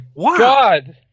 God